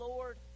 Lord